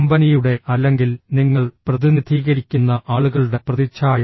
കമ്പനിയുടെ അല്ലെങ്കിൽ നിങ്ങൾ പ്രതിനിധീകരിക്കുന്ന ആളുകളുടെ പ്രതിച്ഛായ